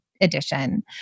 Edition